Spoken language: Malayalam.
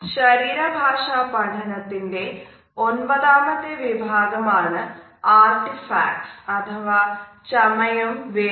ശരീര ഭാഷ പഠനത്തിന്റെ ഒമ്പതാമത്തെ വിഭാഗമാണ് ആർട്ടിഫാക്ട്സ് ചമയം വേഷം